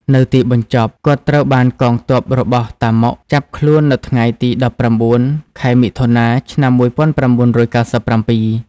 នៅទីបញ្ចប់ គាត់ត្រូវបានកងទ័ពរបស់ តាម៉ុក ចាប់ខ្លួននៅថ្ងៃទី១៩ ខែមិថុនា ឆ្នាំ១៩៩៧។